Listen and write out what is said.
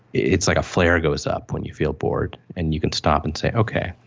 it's like a flare goes up when you feel bored and you can stop and say, okay,